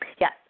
Yes